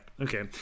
okay